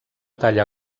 talla